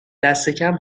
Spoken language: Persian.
دستکم